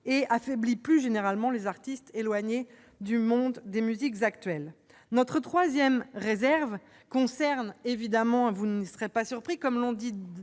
et affaiblit plus généralement les artistes éloignés du monde des musiques actuelles. Notre troisième réserve concerne évidemment- vous n'en serez pas surpris, et d'autres